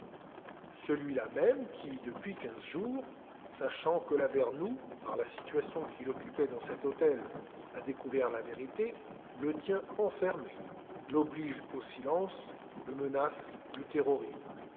celui-là même qui depuis quinze jours sachant que lavernoux par la situation qu'il occupait dans cet hôtel a découvert la vérité le tient enfermé l'oblige au silence le menace le terrorise